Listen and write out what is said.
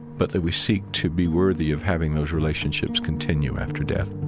but that we seek to be worthy of having those relationships continue after death